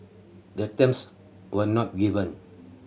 the terms were not given